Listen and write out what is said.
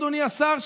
אדוני השר,